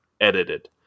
edited